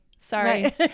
sorry